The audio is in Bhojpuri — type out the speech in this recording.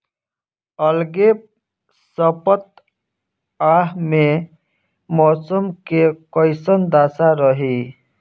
अलगे सपतआह में मौसम के कइसन दशा रही?